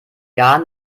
garn